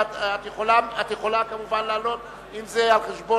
עברה בקריאה טרומית ותועבר להכנה לקריאה ראשונה לוועדת החוקה,